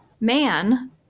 man